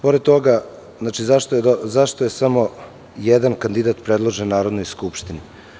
Pored toga, zašto je samo jedan kandidat predložen Narodnoj skupštini?